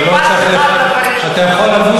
אתה לא צריך, אני בז לך ולדברים שלך.